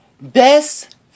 best